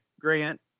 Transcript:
Grant